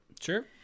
Sure